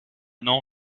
non